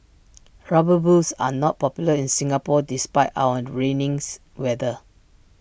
rubber boots are not popular in Singapore despite our rainy's weather